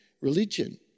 religion